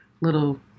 little